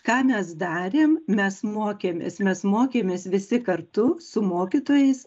ką mes darėm mes mokėmės mes mokėmės visi kartu su mokytojais